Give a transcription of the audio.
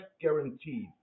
guaranteed